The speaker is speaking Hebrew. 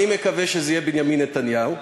אני מקווה שזה יהיה בנימין נתניהו,